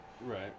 Right